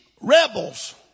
rebels